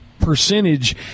percentage